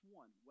one